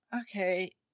okay